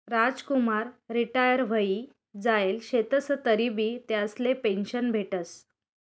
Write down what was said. Ramkumar retire व्हयी जायेल शेतंस तरीबी त्यासले पेंशन भेटस